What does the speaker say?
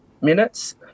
minutes